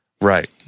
right